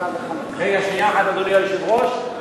רגע, שנייה אחת, אדוני היושב-ראש.